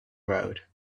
road